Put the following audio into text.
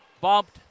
Bumped